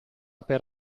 per